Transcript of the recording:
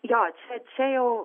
jo čia čia jau